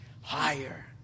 Higher